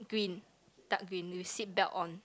green dark green with seatbelt on